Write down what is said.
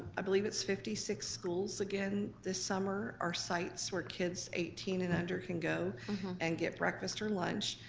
i believe it's fifty six schools again this summer are sites where kids eighteen and under can go and get breakfast or lunch.